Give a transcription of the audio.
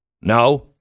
No